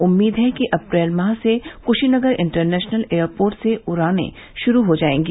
उम्मीद है कि अप्रैल माह से कुशीनगर इंटरनेशनल एयरपोर्ट से उड़ानें शुरू हो जाएंगी